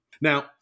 Now